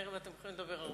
הערב אתם יכולים לדבר הרבה.